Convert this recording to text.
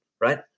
right